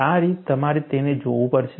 આ રીતે તમારે તેને જોવું પડશે